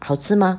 好吃吗